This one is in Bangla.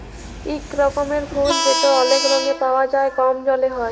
ইক রকমের ফুল যেট অলেক রঙে পাউয়া যায় কম জলে হ্যয়